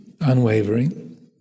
unwavering